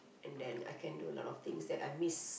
and then I can do a lot of things that I miss